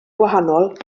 gwahanol